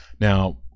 Now